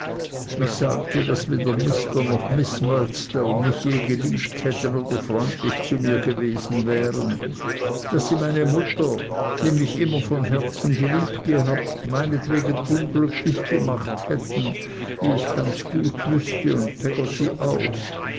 ich sagte daß weder mr noch miß murdstone mich je geliebt hätten oder freundlich zu mir gewesen wären daß sie meine mutter die mich immer von herzen lieb gehabt meinetwegen unglücklich gemacht hätten wie ich ganz gut wüßte und peggotty auch